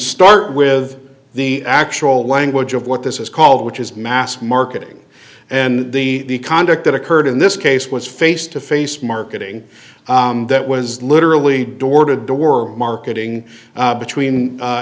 start with the actual language of what this is called which is mass marketing and the conduct that occurred in this case was face to face marketing that was literally door to door marketing between